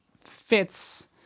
fits